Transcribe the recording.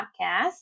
podcast